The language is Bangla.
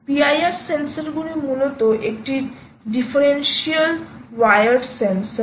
PIR সেন্সরগুলি মূলত একটি ডিফারেন্সিয়াল ওয়্যার্ড সেন্সর